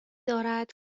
دارد